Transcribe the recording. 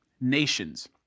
nations